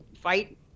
fight